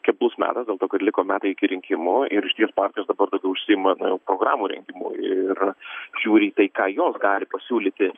keblus metas dėl to kad liko metai iki rinkimų ir partijos dabar paklausimą dėl programų rengimo ir žiūri į tai ką jos gali pasiūlyti